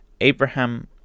Abraham